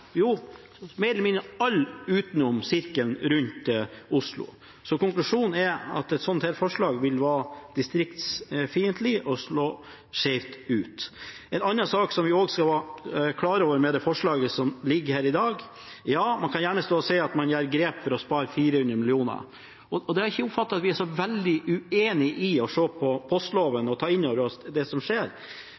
Jo, mer eller mindre alle utenfor sirkelen rundt Oslo. Så konklusjonen er at et slikt forslag vil være distriktsfiendtlig og slå skjevt ut. Det er en annen sak vi også skal være klar over med det forslaget som ligger her i dag. Ja, man kan gjerne stå og si at man tar grep for å spare 400 mill. kr. Jeg har ikke oppfattet at vi er så veldig uenig i å se på postlova og ta innover oss det som skjer,